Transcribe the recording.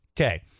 Okay